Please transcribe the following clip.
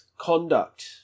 conduct